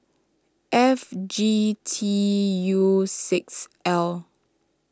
F G T U six L